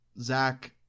Zach